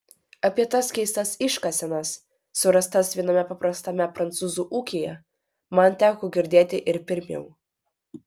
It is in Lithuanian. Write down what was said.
apie tas keistas iškasenas surastas viename paprastame prancūzų ūkyje man teko girdėti ir pirmiau